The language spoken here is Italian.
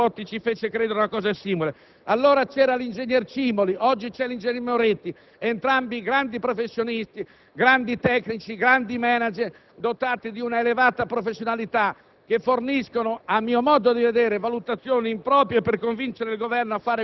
dei conti. Già nel 2000, signor Presidente, il ministro dei trasporti Bersani ci fece credere una cosa simile. Allora c'era l'ingegnere Cimoli, oggi c'è l'ingegnere Moretti, entrambi grandi professionisti, grandi tecnici, grandi*manager*, dotati di una elevata professionalità,